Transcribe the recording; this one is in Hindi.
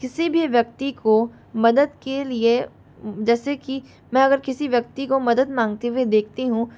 किसी भी व्यक्ति को मदद के लिए जैसे कि मैं अगर किसी व्यक्ति को मदद मांगते हुये देखती हूँ